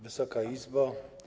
Wysoka Izbo!